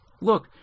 Look